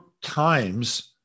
Times